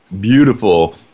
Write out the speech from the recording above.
beautiful